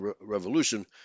revolution